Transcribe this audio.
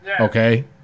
Okay